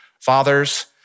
fathers